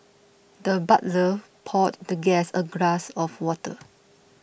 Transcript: the butler poured the guest a glass of water